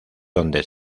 donde